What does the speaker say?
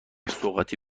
سوغاتی